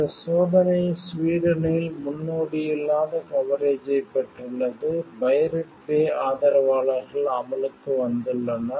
இந்த சோதனை ஸ்வீடனில் முன்னோடியில்லாத கவரேஜைப் பெற்றுள்ளது பைரேட் பே ஆதரவாளர்கள் அமலுக்கு வந்துள்ளனர்